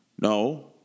No